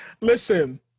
listen